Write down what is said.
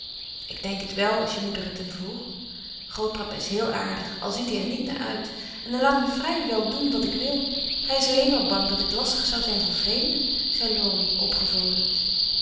ik denk het wel als je moeder het hem vroeg grootpapa is heel aardig al ziet hij er niet naar uit en hij laat me vrij wel doen wat ik wil hij is alleen maar bang dat ik lastig zou zijn voor vreemden zei laurie opgevroolijkt